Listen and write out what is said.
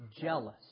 jealous